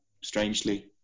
strangely